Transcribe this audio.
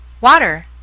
water